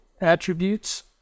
attributes